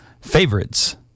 favorites